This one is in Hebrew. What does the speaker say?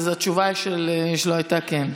אז התשובה שלו הייתה כן.